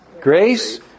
grace